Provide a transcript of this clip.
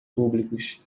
públicos